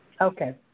Okay